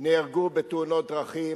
נהרגו בתאונות דרכים,